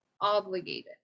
obligated